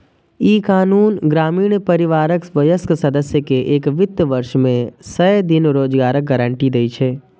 ई कानून ग्रामीण परिवारक वयस्क सदस्य कें एक वित्त वर्ष मे सय दिन रोजगारक गारंटी दै छै